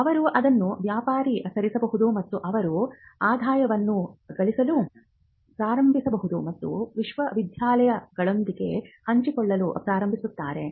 ಅವರು ಅದನ್ನು ವ್ಯಾಪಾರೀಕರಿಸಬಹುದು ಮತ್ತು ಅವರು ಆದಾಯವನ್ನು ಗಳಿಸಲು ಪ್ರಾರಂಭಿಸಬಹುದು ಮತ್ತು ವಿಶ್ವವಿದ್ಯಾಲಯದೊಂದಿಗೆ ಹಂಚಿಕೊಳ್ಳಲು ಪ್ರಾರಂಭಿಸುತ್ತಾರೆ